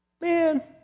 Man